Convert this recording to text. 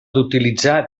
d’utilitzar